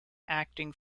acting